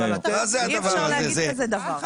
אי אפשר להגיד כזה דבר.